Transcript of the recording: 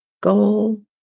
goal